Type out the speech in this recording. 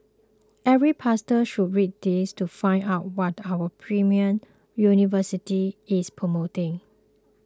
every pastor should read this to find out what our premier university is promoting